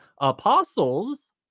apostles